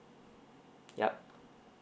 yup